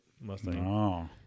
Mustang